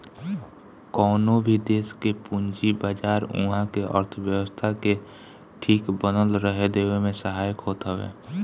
कवनो भी देस के पूंजी बाजार उहा के अर्थव्यवस्था के ठीक बनल रहे देवे में सहायक होत हवे